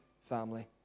family